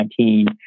2019